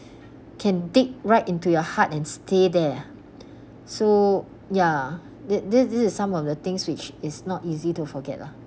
can dig right into your heart and stay there ah so ya that this this is some of the things which is not easy to forget lah